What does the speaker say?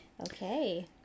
Okay